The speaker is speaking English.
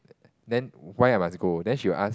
then why I must go then she will ask